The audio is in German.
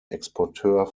exporteur